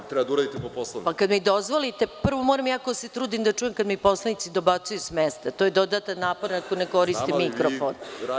To treba da uradite po Poslovniku.) Kada mi dozvolite, prvo moram da se trudim da čujem kada mi poslanici dobacuju s mesta, to je dodatan napor ako ne koristi mikrofon.